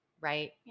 right